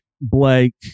Blake